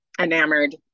enamored